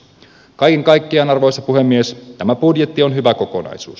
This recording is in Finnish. kaiken kaikkiaan arvoisa puhemies tämä budjetti on hyvä kokonaisuus